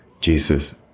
Jesus